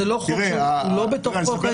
הוא לא צריך לפתוח חשבון.